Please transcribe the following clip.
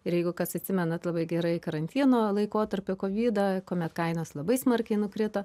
ir jeigu kas atsimenat labai gerai karantino laikotarpiu kovidą kuomet kainos labai smarkiai nukrito